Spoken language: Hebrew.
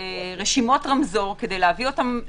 ברשימות רמזור כדי להביא אותן לכנסת,